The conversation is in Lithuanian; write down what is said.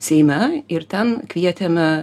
seime ir ten kvietėme